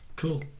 Cool